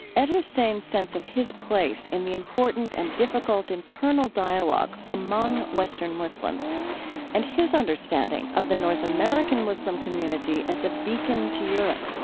ed husain's sense of his place and the important and difficult internal dialog among western muslims and his understanding of the north american muslim community as a beacon to europe.